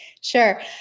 Sure